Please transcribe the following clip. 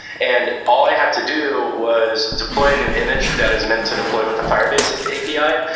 and all i had to do was deploy a new image that is meant to deploy with the firebase ah api.